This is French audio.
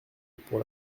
pour